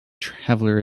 traveller